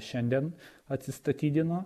šiandien atsistatydino